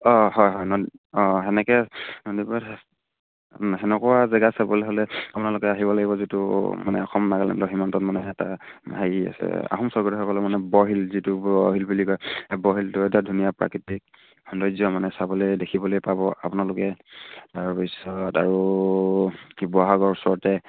অঁ হয় হয় ন অঁ তেনেকৈ নদীপুৰত তেনেকুৱা জেগা চাবলৈ হ'লে আপোনালোকে আহিব লাগিব যিটো মানে অসম নাগালেণ্ডৰ সীমান্তত মানে এটা হেৰি আছে আহোম স্বৰ্গদেউসকলে মানে বৰহিল যিটো বৰহিল বুলি কয় বৰহিলটো এটা ধুনীয়া প্ৰাকৃতিক সৌন্দৰ্য মানে চাবলৈ দেখিবলৈ পাব আপোনালোকে তাৰপিছত আৰু শিৱসাগৰ ওচৰতে